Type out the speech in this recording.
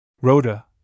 Rhoda